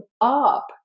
up